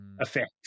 effects